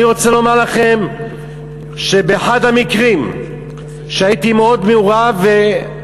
אני רוצה לומר לכם שבאחד המקרים שהייתי מאוד מעורב בו,